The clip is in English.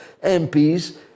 MPs